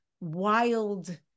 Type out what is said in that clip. wild